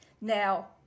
Now